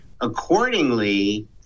Accordingly